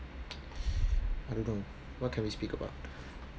I don't know what can we speak about